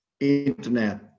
Internet